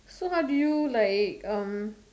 so how do you like um